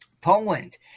Poland